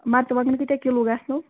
مرژٕوانٛگن کٲتیٛاہ کِلوٗ گژھنو